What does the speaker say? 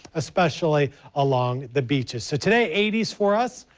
especially along the beaches, so today eighty s for us,